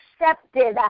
accepted